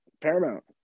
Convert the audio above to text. Paramount